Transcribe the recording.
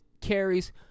carries